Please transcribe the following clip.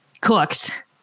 cooked